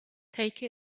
take